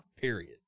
Period